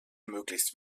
möglichst